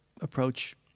approach